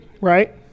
Right